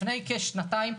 לפני כשנתיים,